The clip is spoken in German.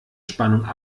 spannung